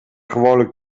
gewoonlijk